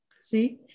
See